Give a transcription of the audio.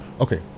Okay